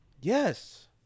Yes